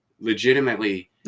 Legitimately